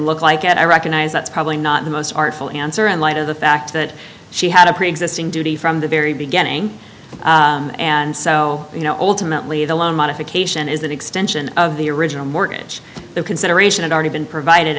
look like at i recognize that's probably not the most artful answer in light of the fact that she had a preexisting duty from the very beginning and so you know ultimately the loan modification is that extension of the original mortgage the consideration it already been provided